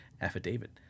affidavit